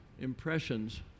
impressions